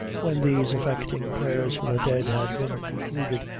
when these affecting prayers for the dead had been concluded,